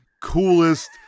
coolest